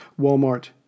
Walmart